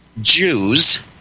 Jews